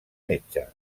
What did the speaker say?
metge